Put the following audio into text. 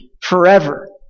forever